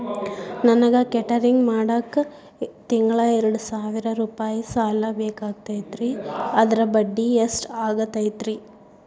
ನನಗ ಕೇಟರಿಂಗ್ ಮಾಡಾಕ್ ತಿಂಗಳಾ ಎರಡು ಸಾವಿರ ರೂಪಾಯಿ ಸಾಲ ಬೇಕಾಗೈತರಿ ಅದರ ಬಡ್ಡಿ ಎಷ್ಟ ಆಗತೈತ್ರಿ?